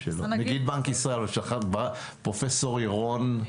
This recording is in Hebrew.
את נגיד בנק ישראל, פרופ' ירון אמיר,